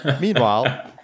Meanwhile